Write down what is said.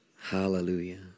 Hallelujah